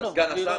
לסגן השר?